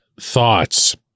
thoughts